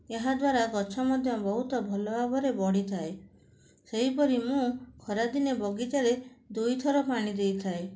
ଏହାଦ୍ଵାରା ଗଛ ମଧ୍ୟ ବହୁତ ଭଲଭାବରେ ବଢ଼ିଥାଏ ସେହିପରି ମୁଁ ଖରାଦିନେ ବଗିଚାରେ ଦୁଇଥର ପାଣି ଦେଇଥାଏ